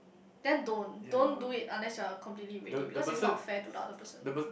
then don't don't do it unless you are completely ready because it's not fair to the other person